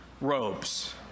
robes